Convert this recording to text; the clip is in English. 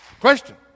question